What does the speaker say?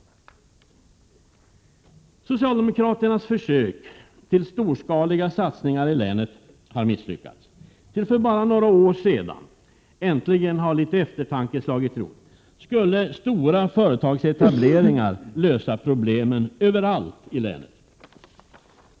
Socialdemokraternas försök till storskaliga satsningar i länet har misslyckats. Till för bara några år sedan — äntligen har litet eftertanke slagit rot — skulle stora företagsetableringar lösa problemen överallt i länet.